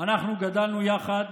אנחנו גדלנו יחד